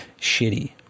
shitty